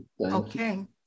Okay